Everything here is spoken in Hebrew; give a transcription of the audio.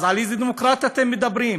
אז על איזו דמוקרטיה אתם מדברים?